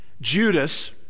Judas